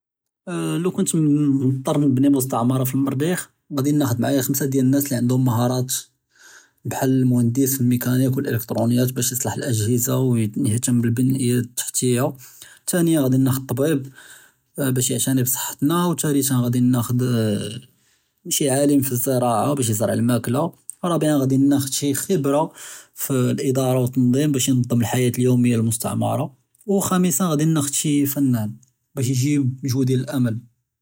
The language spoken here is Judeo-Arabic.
לו כנת מצטר נבני מסתעמרה פי אלמריח׳ ראנדי מעאיא ח׳מסה דיאל אלנאס לי ענדهوم מהאראת בחאל אלמהנדס ואלמיכאניכ ואלאקתראוניכ באש יצלח אלאג׳הזה ויהתם בבניא אלתחתיה, תאניא רא נאח׳ד טביב באש יעתאני בצחתנא, ותאלתא רא נאח׳ד שי עאלם פאזזראעה באש יזרע אלמאכלא, ראבענא רא נאח׳ד שי ח׳בירה פאלהדארה ואלתנ׳דים באש ינ׳דם אלחיאת אליומיה ללמסתעמרה, וכ׳אמסא רא נאח׳ד שי פאנאן באש יג׳י טו דיאל אלאמל.